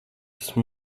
esmu